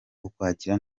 ukwakira